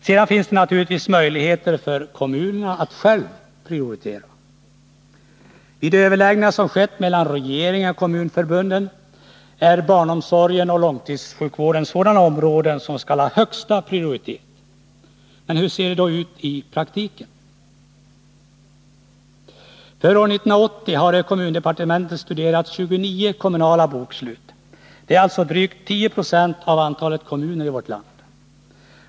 Sedan finns det naturligtvis möjligheter för kommunerna att själva prioritera. Enligt de överläggningar som skett mellan regeringen och kommunförbunden är barnomsorgen och långtidssjukvården sådana områden som skall ha högsta prioritet. Hur ser det då ut i praktiken? För 1980 har kommundepartementet studerat 29 kommunala bokslut. Det är alltså drygt 10 20 av antalet kommuner i vårt land.